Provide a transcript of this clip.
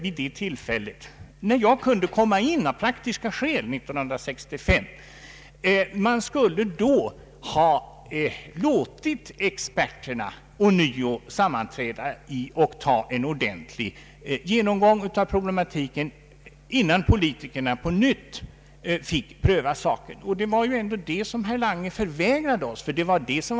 Vid det tillfället skulle man ha låtit experterna ånyo sammanträda och göra en ordentlig genomgång av problematiken, innan politikerna på nytt fick pröva saken. Herr Lange förvägrade oss denna möjlighet.